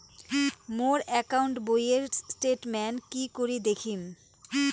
মোর account বইয়ের statement কি করি দেখিম?